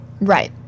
Right